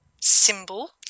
symbol